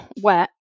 wet